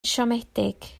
siomedig